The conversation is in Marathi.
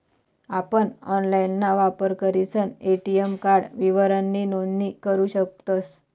आपण ऑनलाइनना वापर करीसन ए.टी.एम कार्ड विवरणनी नोंदणी करू शकतस